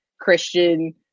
Christian